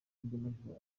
mashusho